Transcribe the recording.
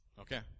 Okay